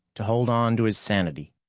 to hold onto his sanity.